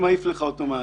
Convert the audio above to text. מהאתר.